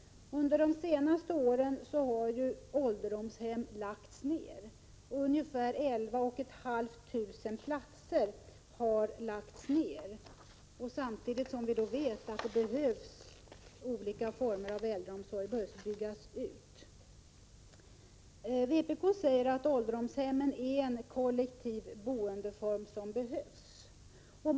Under de senaste åren har ju ålderdomshem lagts ner. Det gäller ungefär 11 500 platser. Men samtidigt vet vi att det behövs en utbyggnad när det gäller olika former av äldreomsorgen. Vi i vpk säger att ålderdomshemmen är en kollektiv boendeform som behövs.